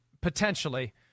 potentially